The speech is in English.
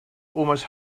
almost